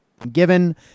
Given